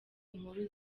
inkuru